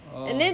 or